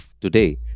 Today